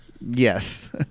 Yes